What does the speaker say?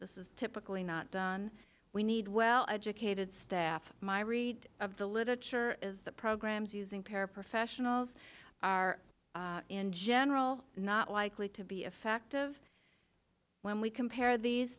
this is typically not done we need well educated staff my read of the literature is that programs using paraprofessionals are in general not likely to be effective when we compare these